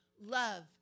love